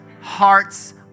hearts